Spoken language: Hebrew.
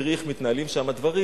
ותראי איך מתנהלים שם דברים,